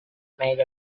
made